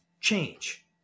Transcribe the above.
change